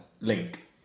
link